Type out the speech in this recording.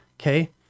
Okay